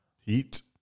Heat